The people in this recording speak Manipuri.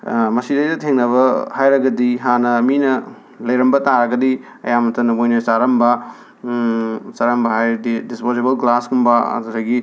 ꯃꯁꯤꯗꯩꯗ ꯊꯦꯡꯅꯕ ꯍꯥꯏꯔꯒꯗꯤ ꯍꯥꯟꯅ ꯃꯤꯅ ꯂꯩꯔꯝꯕ ꯇꯥꯔꯒꯗꯤ ꯑꯌꯥꯝꯕ ꯃꯇꯝꯗ ꯃꯣꯏꯅ ꯆꯥꯔꯝꯕ ꯆꯥꯔꯝꯕ ꯍꯥꯏꯗꯤ ꯗꯤꯁꯄꯣꯖꯦꯕꯜ ꯒ꯭ꯂꯥꯁꯀꯨꯝꯕ ꯑꯗꯨꯗꯒꯤ